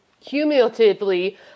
cumulatively